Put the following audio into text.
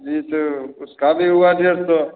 वो तो उसका भी हुआ डेढ़ सौ